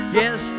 yes